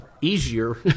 easier